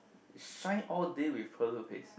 shine all day with pearl toothpaste